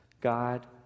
God